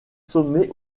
sommet